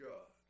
God